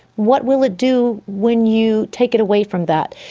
what will it do when you take it away from that?